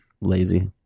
lazy